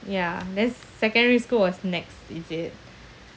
ya then secondary school was next is it